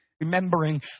Remembering